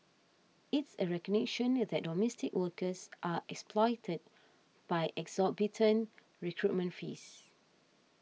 it's a recognition that domestic workers are exploited by exorbitant recruitment fees